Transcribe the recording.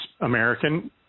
American